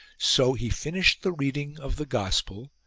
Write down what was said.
so he finished the reading of the gospel,